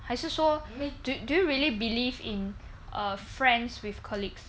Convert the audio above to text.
还是说 do you really believe in uh friends with colleagues